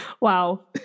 Wow